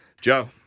Joe